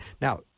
Now